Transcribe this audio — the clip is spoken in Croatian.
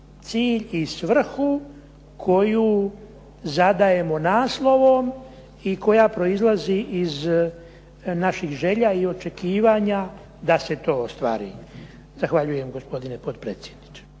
i svrhu koju zadajemo naslovom i koja proizlazi iz naših želja i očekivanja da se to ostvari. Zahvaljujem gospodine potpredsjedniče.